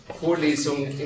Vorlesung